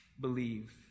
believe